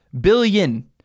Billion